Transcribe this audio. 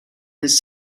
his